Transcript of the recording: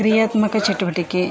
ಕ್ರಿಯಾತ್ಮಕ ಚಟುವಟಿಕೆ